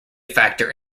factor